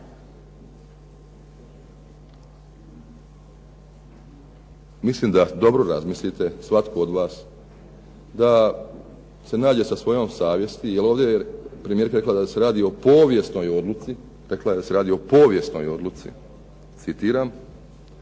mislim da dobro razmislite svatko od vas, da se nađe sa svojom savjesti jer ovdje je premijerka rekla da se radi o povijesnoj odluci, citiram,